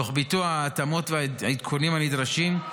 תוך ביצוע ההתאמות והעדכונים הנדרשים,